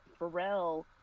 Pharrell